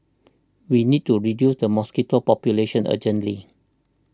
we need to reduce the mosquito population urgently